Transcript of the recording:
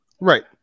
Right